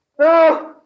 No